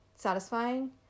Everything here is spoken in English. satisfying